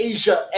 Asia